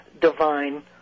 divine